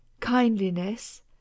Kindliness